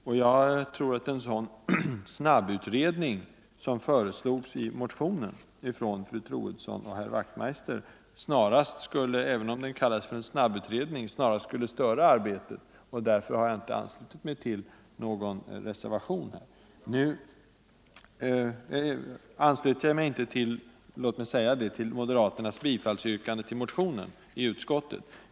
Och jag tror att en sådan utredning som föreslås i motionen av herr Wachtmeister i Staffanstorp och fru Troedsson —- även om den kallas en snabbutredning — snarast skulle störa arbetet. Därför har jag inte anslutit mig till moderaternas yrkande i utskottet om bifall till motionen.